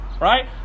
right